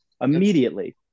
immediately